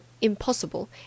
impossible